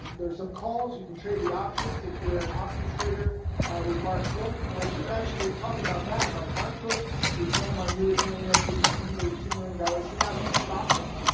there are some calls you can trade the options if you're an options trader with mark croock. and i should actually talk about that but like mark croock is one of my newest millionaire students. he's made two million dollars, he now teaches options.